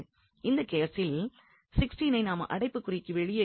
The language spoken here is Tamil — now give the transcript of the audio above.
இந்த கேசில் 16 ஐ நாம் அடைப்புக்குறிக்கு வெளியே எடுக்கிறோம்